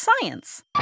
science